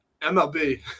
MLB